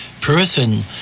person